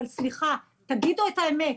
אבל סליחה, תגידו את האמת.